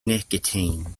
nicotine